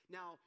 Now